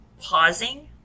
pausing